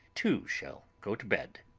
too, shall go to bed.